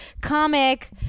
comic